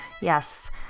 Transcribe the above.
Yes